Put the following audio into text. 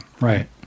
Right